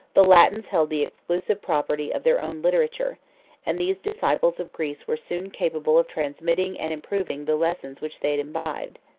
the latins held the exclusive property of their own literature and these disciples of greece were soon capable of transmitting and improving the lessons which they had imbibed.